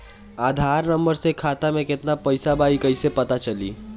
आधार number से खाता में केतना पईसा बा ई क्ईसे पता चलि?